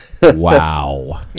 Wow